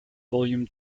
volume